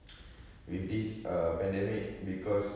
with this err pandemic because